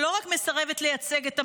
שלא רק מסרבת לייצג את הממשלה,